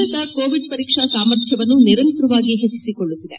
Bharat Covid ಪರೀಕ್ಷಾ ಸಾಮರ್ಥ್ಯವನ್ನು ನಿರಂತರವಾಗಿ ಹೆಚ್ಚಿಸಿಕೊಳ್ಳುತ್ತಿದೆ